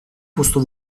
posto